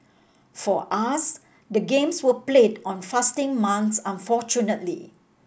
for us the games were played on fasting month unfortunately